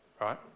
Right